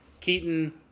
Keaton